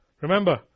Remember